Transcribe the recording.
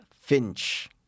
Finch